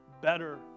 better